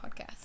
podcast